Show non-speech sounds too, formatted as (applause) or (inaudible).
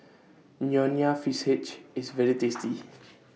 Nonya Fish (unintelligible) IS very tasty (noise)